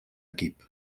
equip